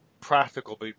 practical